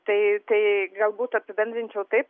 tai tai galbūt apibendrinčiau taip